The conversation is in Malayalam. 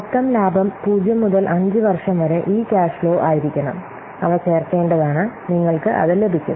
മൊത്തം ലാഭം 0 മുതൽ 5 വർഷം വരെ ഈ ക്യാഷ് ഫ്ലോ ആയിരിക്കണം അവ ചേർക്കേണ്ടതാണ് നിങ്ങൾക്ക് അത് ലഭിക്കും